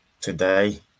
today